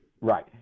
Right